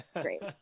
great